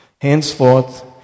Henceforth